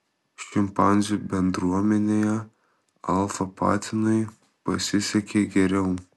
šimpanzių bendruomenėje alfa patinui pasisekė geriau